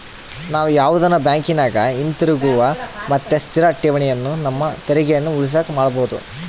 ನಾವು ಯಾವುದನ ಬ್ಯಾಂಕಿನಗ ಹಿತಿರುಗುವ ಮತ್ತೆ ಸ್ಥಿರ ಠೇವಣಿಯನ್ನ ನಮ್ಮ ತೆರಿಗೆಯನ್ನ ಉಳಿಸಕ ಮಾಡಬೊದು